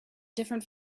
different